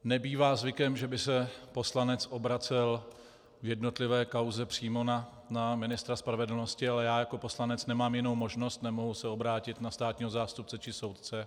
Nebývá zvykem, že by se poslanec obracel v jednotlivé kauze přímo na ministra spravedlnosti, ale já jako poslanec nemám jinou možnost, nemohu se obrátit na státního zástupce či soudce.